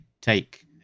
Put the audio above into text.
take